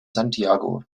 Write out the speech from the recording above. santiago